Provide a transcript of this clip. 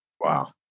Wow